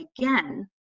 again